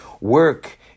Work